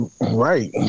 Right